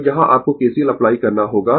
तो यहां आपको KCL अप्लाई करना होगा